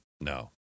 No